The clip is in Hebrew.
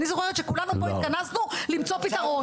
אני זוכרת שכולנו פה התכנסנו למצוא פתרון.